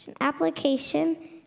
application